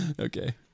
Okay